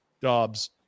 Dobbs